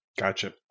Gotcha